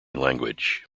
language